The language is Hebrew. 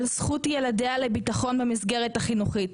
זכות ילדיה לביטחון במסגרת החינוכית.